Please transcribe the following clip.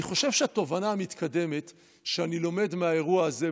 אני חושב שהתובנה המתקדמת שאני לומד מהאירוע הזה,